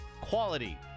quality